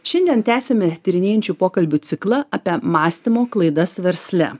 šiandien tęsiame tyrinėjančių pokalbių ciklą apie mąstymo klaidas versle